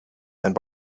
and